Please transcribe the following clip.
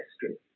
history